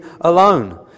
alone